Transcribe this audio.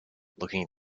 looking